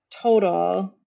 total